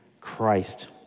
Christ